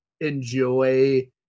enjoy